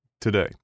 today